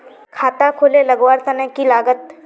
खाता खोले लगवार तने की लागत?